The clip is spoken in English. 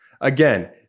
Again